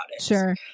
Sure